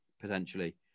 potentially